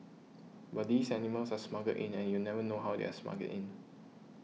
but these animals are smuggled in and you never know how they're smuggled in